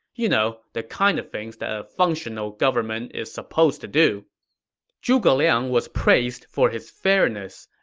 you know, the kind of things that a functional government is supposed to do zhuge liang was praised for his fairness.